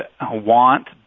want